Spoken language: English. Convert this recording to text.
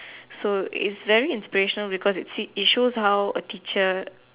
so it's very inspirational because it shows how a teacher